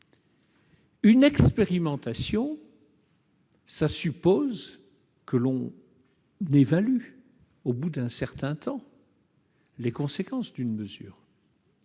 L'expérimentation suppose qu'on évalue, au bout d'un certain temps, les conséquences de la mesure.